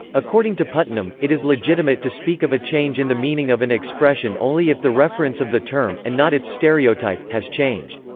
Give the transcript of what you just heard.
according to putnam, it is legitimate to speak of a change in the meaning of an expression only if the reference of the term, and not its stereotype, has changed.